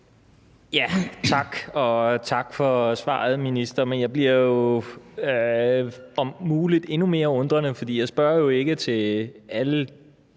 tak for svaret, minister. Men jeg bliver jo om muligt endnu mere undrende, for jeg spørger jo ikke til alle